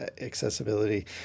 accessibility